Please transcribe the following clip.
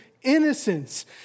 Innocence